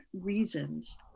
reasons